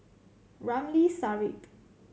Ramli Sarip